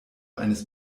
eines